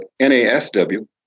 NASW